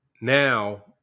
Now